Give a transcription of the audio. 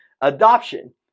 adoption